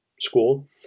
school